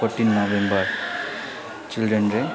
fourteen November children day